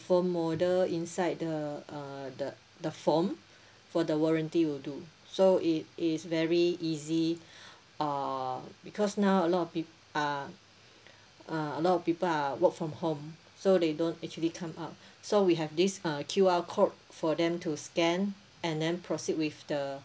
phone model inside the uh the the form for the warranty will do so it is very easy uh because now a lot of peop~ uh uh a lot of people are work from home so they don't actually come out so we have this uh Q_R code for them to scan and then proceed with the